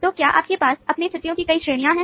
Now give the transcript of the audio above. तो क्या आपके पास अपने छुट्टियो की कई श्रेणियां हैं